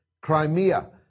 Crimea